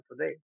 today